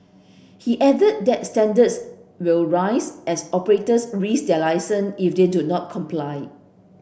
he added that standards will rise as operators risk their licence if they do not comply